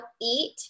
eat